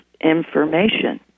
information